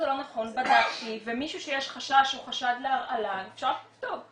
בדקתי, ומישהו שיש חשש או חשד להרעלה אפשר לבדוק.